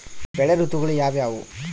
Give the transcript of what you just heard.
ಬೆಳೆ ಋತುಗಳು ಯಾವ್ಯಾವು?